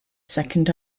second